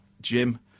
Jim